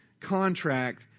contract